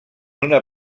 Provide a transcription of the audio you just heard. una